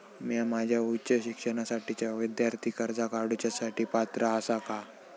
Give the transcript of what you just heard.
म्या माझ्या उच्च शिक्षणासाठीच्या विद्यार्थी कर्जा काडुच्या साठी पात्र आसा का?